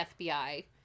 fbi